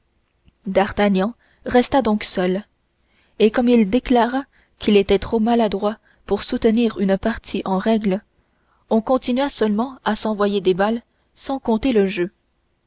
d'artagnan resta donc seul et comme il déclara qu'il était trop maladroit pour soutenir une partie en règle on continua seulement à s'envoyer des balles sans compter le jeu